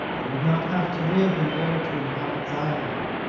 they would not have to live in air to inhabit zyobor.